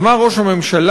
אמר ראש הממשלה: